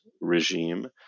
regime